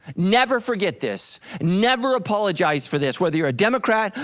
never forget this, never apologize for this, whether you're a democrat,